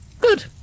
Good